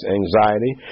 anxiety